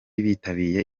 bitabiye